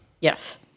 Yes